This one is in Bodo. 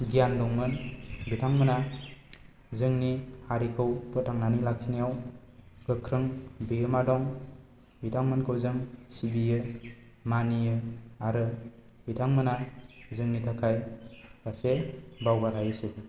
गियान दंमोन बिथांमोनहा जोंनि हारिखौ फोथांनानै लाखिनायाव गोख्रों बिहोमा दं बिथांमोनखौ जों सिबियो मानियो आरो बिथांमोनहा जोंनि थाखाय सासे बावगारहायै सुबुं